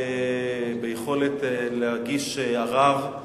ביכולת להגיש ערר.